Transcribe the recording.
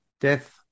death